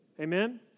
Amen